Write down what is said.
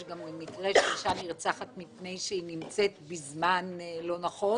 יש גם מקרה שאישה נרצחת מפני שהיא נמצאת בזמן לא נכון